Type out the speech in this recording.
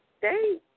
Hey